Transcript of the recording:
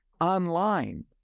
Online